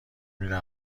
میره